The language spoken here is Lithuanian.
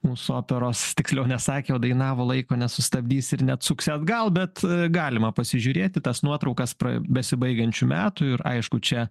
mūsų operos tiksliau nesakė o dainavo laiko nesustabdysi ir neatsuksi atgal bet galima pasižiūrėt į tas nuotraukas pra besibaigiančių metų ir aišku čia